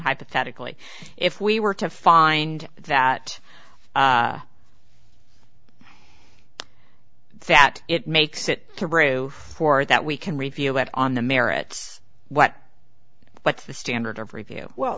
hypothetically if we were to find that that it makes it through for that we can review it on the merits what but the standard of review well